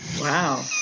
Wow